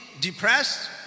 depressed